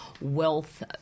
wealth